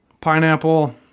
Pineapple